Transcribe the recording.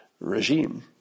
regime